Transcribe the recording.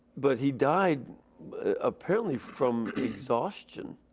but he died apparently from exhaustion.